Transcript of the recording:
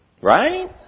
Right